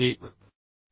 1